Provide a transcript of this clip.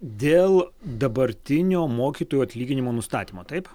dėl dabartinio mokytojų atlyginimų nustatymo taip